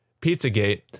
Pizzagate